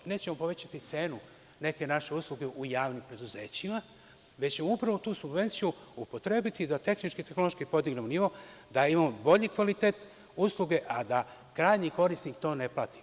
Neće mu povećati cenu neke naše usluge u javnim preduzećima, već će upravo tu subvenciju upotrebiti da tehnički i tehnološki podignemo nivo, da imamo bolji kvalitet usluge, a da krajnji korisnik to ne plati.